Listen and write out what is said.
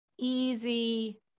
easy